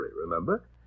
remember